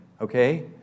okay